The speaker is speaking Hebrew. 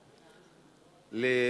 נתקבלה.